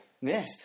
Yes